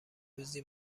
روزی